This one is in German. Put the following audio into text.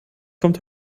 kommt